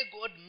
God